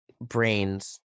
brains